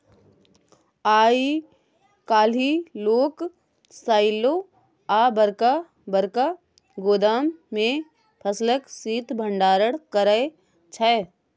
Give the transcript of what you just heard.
आइ काल्हि लोक साइलो आ बरका बरका गोदाम मे फसलक शीत भंडारण करै छै